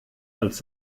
als